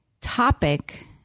topic